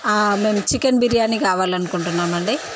మేము చికెన్ బిర్యానీ కావాలనుకుంటున్నామండీ